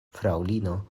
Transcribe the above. fraŭlino